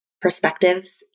perspectives